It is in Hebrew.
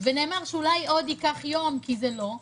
נאמר שאולי ייקח יום כי זה לא,